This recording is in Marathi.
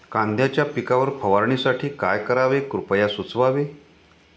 कांद्यांच्या पिकावर फवारणीसाठी काय करावे कृपया सुचवावे